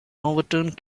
overturned